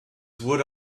wurde